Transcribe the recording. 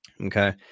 Okay